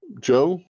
Joe